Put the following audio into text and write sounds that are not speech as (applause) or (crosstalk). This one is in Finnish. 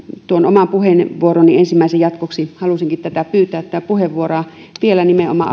ensimmäisen puheenvuoroni jatkoksi halusinkin pyytää vielä puheenvuoron nimenomaan (unintelligible)